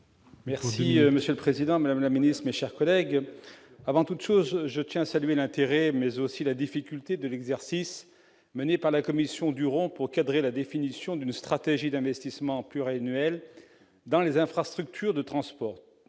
des études en cours. La parole est à M. Michel Savin. Avant toute chose, je tiens à saluer l'intérêt, mais aussi la difficulté, de l'exercice mené par la commission Duron pour cadrer la définition d'une stratégie d'investissement pluriannuelle dans les infrastructures de transport.